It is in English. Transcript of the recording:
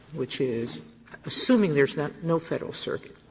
which is assuming there is no federal circuit,